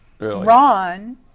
Ron